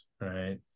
right